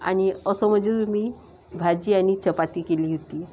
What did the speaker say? आणि असं म्हणजे मी भाजी आणि चपाती केली होती